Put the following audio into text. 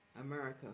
America